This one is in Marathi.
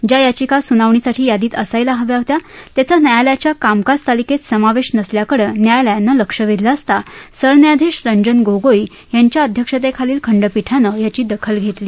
ज्या याचिका सुनावणीसाठी यादीत असायला हव्या होत्या त्याचा न्यायालयाच्या कामकाज तालीकेत समावेश नसल्याकडे न्यायालयानं लक्ष वेधलं असता सरन्यायाधीश रंजन गोगोई यांच्या अध्यक्षतेखाली खंडपीठानं याची दखल घेतली